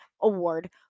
Award